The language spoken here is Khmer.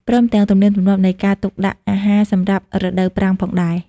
ព្រមទាំងទំនៀមទម្លាប់នៃការទុកដាក់អាហារសម្រាប់រដូវប្រាំងផងដែរ។